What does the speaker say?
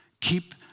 Keep